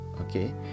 Okay